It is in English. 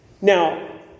Now